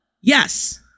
yes